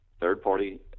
third-party